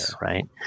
right